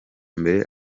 mbere